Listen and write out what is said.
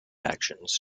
actions